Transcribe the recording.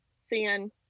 seeing